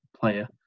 player